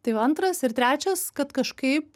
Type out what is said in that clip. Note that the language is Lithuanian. tai va antras ir trečias kad kažkaip